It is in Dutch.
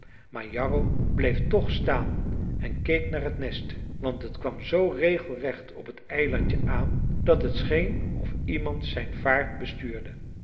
maar jarro bleef toch staan en keek naar het nest want het kwam zoo regelrecht op het eilandje aan dat het scheen of iemand zijn vaart bestuurde